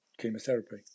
chemotherapy